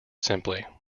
simply